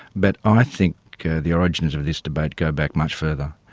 but i think the origins of this debate go back much further.